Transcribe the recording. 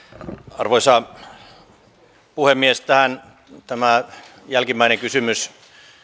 arvoisa puhemies tämä jälkimmäinen kysymys